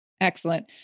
Excellent